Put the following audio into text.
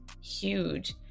huge